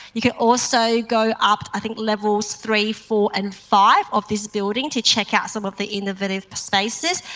you can also go up i think levels three, four and five of this building to check out some of the innovative spaces.